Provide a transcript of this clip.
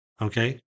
Okay